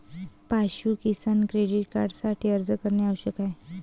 पाशु किसान क्रेडिट कार्डसाठी अर्ज करणे आवश्यक आहे